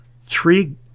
three